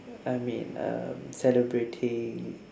I mean um celebrating